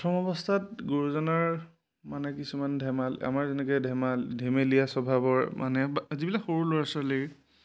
প্ৰথম অৱস্থাত গুৰুজনাৰ মানে কিছুমান ধেমাল আমাৰ যেনেকৈ ধেমাল ধেমেলীয়া স্বভাৱৰ মানে বা যিবিলাক সৰু ল'ৰা ছোৱালীৰ